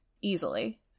easily